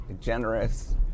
generous